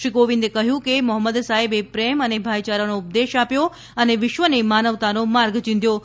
શ્રી કોવિંદે જણાવ્યું છે કે મોહમ્મદ સાહેબે પ્રેમ અને ભાઇચારાનો ઉપદેશ આપ્યો છે અને વિશ્વને માનવતાનો માર્ગ ચિંધ્યો છે